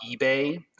ebay